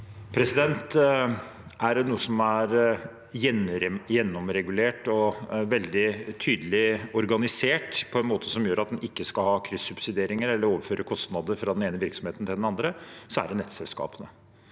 Er det noe som er gjennomregulert og veldig tydelig organisert på en måte som gjør at en ikke skal ha kryssubsidiering eller overføre kostnader fra den ene virksomheten til den andre, er det nettselskapene.